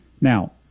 Now